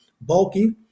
bulky